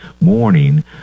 morning